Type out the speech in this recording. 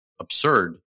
absurd